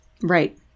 Right